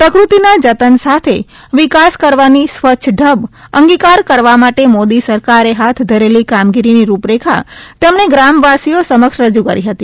પ્રકૃતિના જતન સાથે વિકાસ કરવાની સ્વચ્છ ઢબ અંગિકાર કરવા માટે મોદી સરકારે હાથ ધરેલી કામગીરીની રૂપ રેખા તેમણે ગ્રામવાસીઓ સમક્ષ રજૂ કરી હતી